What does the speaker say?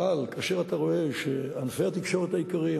אבל כאשר אתה רואה שענפי התקשורת העיקריים,